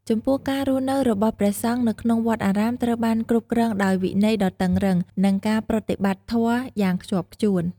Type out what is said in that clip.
ចំពោះ ការរស់នៅរបស់ព្រះសង្ឃនៅក្នុងវត្តអារាមត្រូវបានគ្រប់គ្រងដោយវិន័យដ៏តឹងរ៉ឹង និងការប្រតិបត្តិធម៌យ៉ាងខ្ជាប់ខ្ជួន។